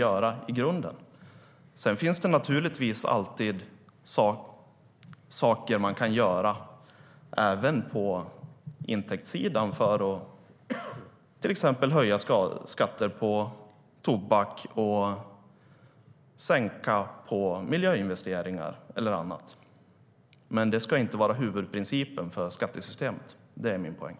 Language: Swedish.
Givetvis finns det sådant vi kan göra även på intäktssidan, till exempel höja skatter på tobak, sänka skatter på miljöinvesteringar och annat. Men att detta inte ska vara huvudprincipen för skattesystemet är min poäng.